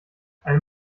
eine